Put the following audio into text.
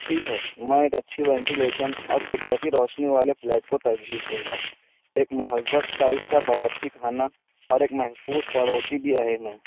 ٹھیک ہے میں ایک اچھی وینٹی لیشن اور قدرتی روشنی والے فلیٹ کو ترجیح دوں گا ایک مہذب سائشتہ باورچی خانہ اور ایک محفوظ پڑوسی بھی اہم ہے